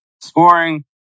scoring